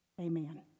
Amen